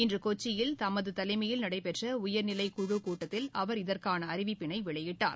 இன்று கொச்சியில் தமது தலைமையில் நடைபெற்ற உயர்நிலைக்குழு கூட்டத்தில் அவர் இதற்கான அறிவிப்பினை வெளியிட்டார்